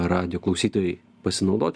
radijo klausytojai pasinaudot